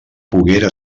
poguera